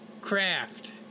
craft